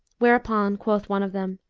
whereupon quoth one of them,